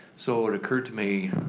so it occurred to me,